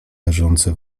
leżące